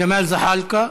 ג'מאל זחאלקה,